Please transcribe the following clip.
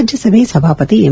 ರಾಜ್ಯಸಭೆ ಸಭಾಪತಿ ಎಂ